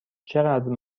چقدر